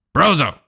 Brozo